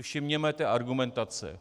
Všimněme si té argumentace.